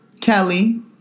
Kelly